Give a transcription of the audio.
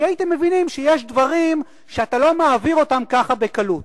כי הייתם מבינים שיש דברים שאתה לא מעביר אותם ככה בקלות.